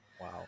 Wow